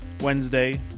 Wednesday